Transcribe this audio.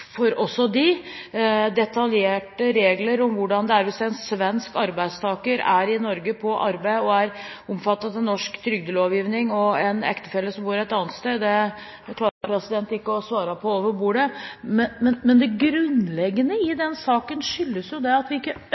er omfattet av norsk trygdelovgivning og har en ektefelle som bor i et annet land, klarer jeg ikke å svare på over bordet. Men det grunnleggende i den saken er jo at vi ikke